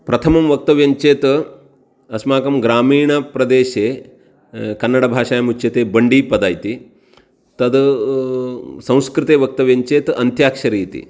प्रथमं वक्तव्यं चेत् अस्माकं ग्रामीणप्रदेशे कन्नडभाषायां बण्डीपद इति तद् संस्कृते वक्तव्यं चेत् अन्त्याक्षरी इति